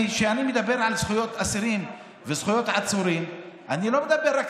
כשאני מדבר על זכויות אסירים וזכויות עצורים אני לא מדבר רק